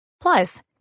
Plus